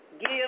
Give